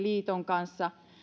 liiton kanssa